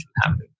happen